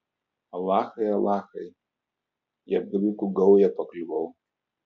alachai alachai į apgavikų gaują pakliuvau